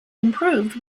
improved